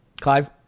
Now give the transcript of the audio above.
Clive